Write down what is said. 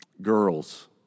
Girls